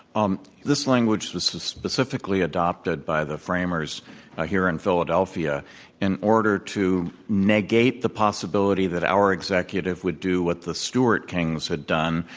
um this language was specifically adopted by the framers ah here in philadelphia in order to negate the possibility that our executive would do what the stewart kings had done,